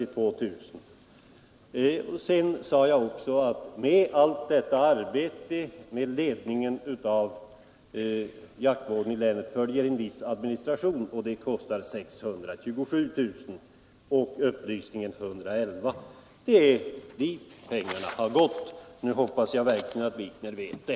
I mitt förra anförande sade jag också att med allt arbete med ledningen av jaktvården i länet följer en viss administration som kostar 627 000 kronor. Upplysningen kostar 111000 kronor. Det är dit pengarna har gått, och nu hoppas jag verkligen att herr Wikner vet det.